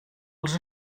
els